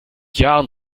jahren